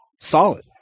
Solid